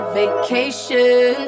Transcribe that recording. vacation